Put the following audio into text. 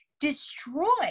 destroy